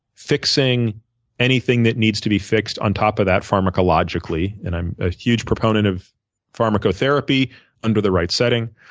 fixing anything that needs to be fixed, on top of that pharmacologically, and i'm a huge proponent of pharmacotherapy under the right setting.